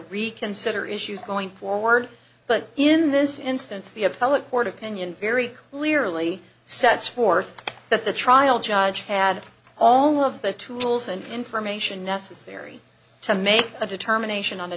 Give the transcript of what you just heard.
reconsider issues going forward but in this instance the appellate court opinion very clearly sets forth that the trial judge had all of the tools and information necessary to make a determination on a